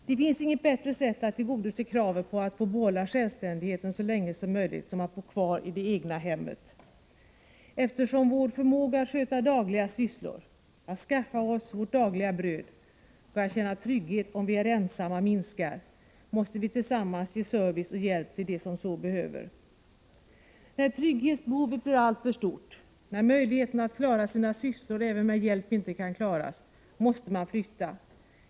Det finns inget bättre sätt att tillgodose kravet på att få behålla självständigheten så länge som möjligt än att få bo kvar i det egna hemmet. Eftersom vår förmåga att sköta dagliga sysslor, att skaffa oss vårt dagliga bröd och att känna trygghet om vi är ensamma minskar, måste vi tillsammans ge service och hjälp till dem som så behöver. När trygghetsbehovet blir alltför stort, när sysslorna inte kan klaras ens med hjälp, måste man flytta.